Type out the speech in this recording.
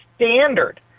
standard